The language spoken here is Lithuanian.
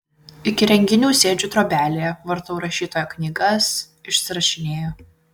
iki renginių sėdžiu trobelėje vartau rašytojo knygas išsirašinėju